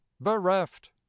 bereft